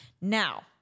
Now